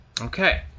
Okay